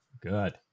Good